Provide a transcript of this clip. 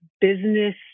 business